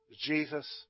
Jesus